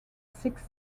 six